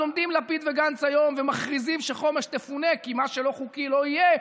אז עומדים לפיד וגנץ היום ומכריזים שחומש תפונה כי מה שלא חוקי לא יהיה.